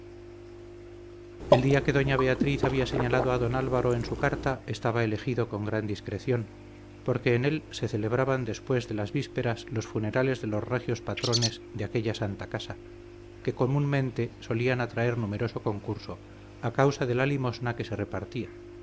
el día que doña beatriz había señalado a don álvaro en su carta estaba elegido con gran discreción porque en él se celebraban después de las vísperas los funerales de los regios patrones de aquella santa casa que comúnmente solían atraer numeroso concurso a causa de la limosna que se repartía